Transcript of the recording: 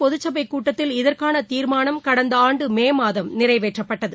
பொதுசபைக் கூட்டத்தில் இதற்கான தீர்மானம் கடந்த ஆண்டு மே மாதம் நிறைவேற்றப்பட்டது